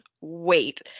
wait